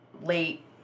late